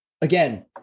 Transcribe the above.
again